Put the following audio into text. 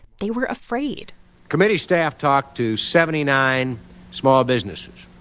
they were afraid committee staff talked to seventy nine small businesses.